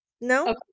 no